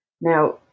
Now